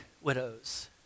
widows